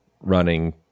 running